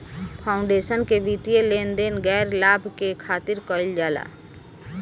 foundation के वित्तीय लेन देन गैर लाभ के खातिर कईल जाला